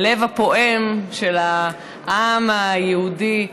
הלב הפועם של העם היהודי,